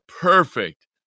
perfect